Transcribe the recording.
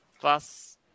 plus